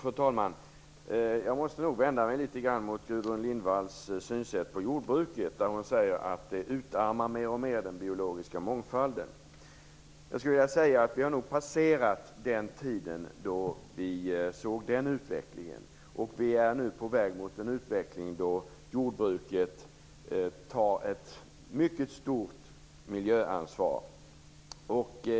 Fru talman! Jag måste vända mig litet grand mot Gudrun Lindvalls sätt att se på jordbruket. Hon säger att det mer och mer utarmar den biologiska mångfalden. Jag skulle vilja säga att vi nog har passerat den tid då vi såg den utvecklingen. Vi är nu på väg mot en utveckling då jordbruket tar ett mycket stort miljöansvar.